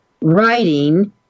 writing